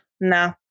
No